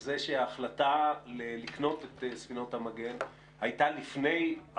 אין עוררין שההחלטה לקנות את ספינות המגן קדמה